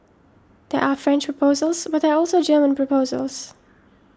there are French proposals but there are also German proposals